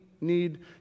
need